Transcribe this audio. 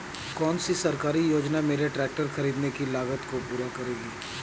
कौन सी सरकारी योजना मेरे ट्रैक्टर ख़रीदने की लागत को पूरा करेगी?